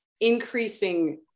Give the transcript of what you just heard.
increasing